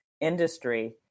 industry